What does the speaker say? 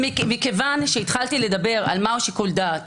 ומכיוון שהתחלתי לדבר על מהו שיקול דעת